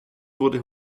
wurde